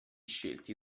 scelti